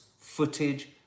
footage